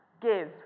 give